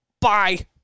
bye